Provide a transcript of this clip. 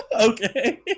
Okay